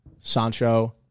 Sancho